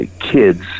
kids